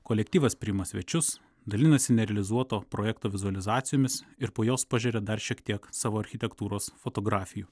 kolektyvas priima svečius dalinasi nerealizuoto projekto vizualizacijomis ir po jos pažeria dar šiek tiek savo architektūros fotografijų